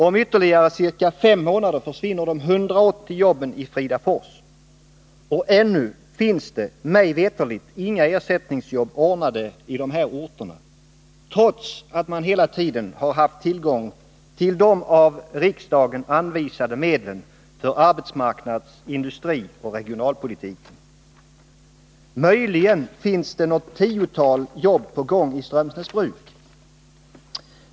Om ytterligare ca fem månader försvinner de 180 jobben i Fridafors. Och ännu finns det, mig veterligt, inga ersättningsjobb ordnade i dessa orter, trots att man hela tiden haft tillgång till de av riksdagen anvisade medlen för arbetsmarknads-, industrioch regionalpolitiken. Möjligen finns det något tiotal jobb på gång i Strömsnäsbruk.